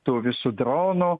tų visų dronų